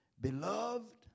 beloved